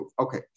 Okay